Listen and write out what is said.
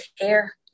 care